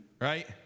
right